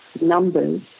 numbers